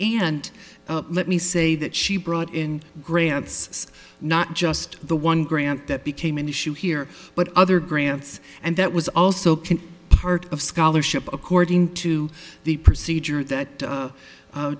and let me say that she brought in grants not just the one grant that became an issue here but other grants and that was also can part of scholarship according to the procedure that